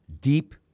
deep